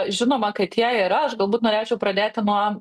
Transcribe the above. žinoma kad jie yra aš galbūt norėčiau pradėti nuo